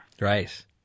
Right